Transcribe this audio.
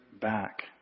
back